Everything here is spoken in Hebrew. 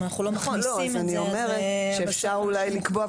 אני אומרת שאפשר אולי לקבוע,